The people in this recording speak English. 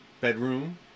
Bedroom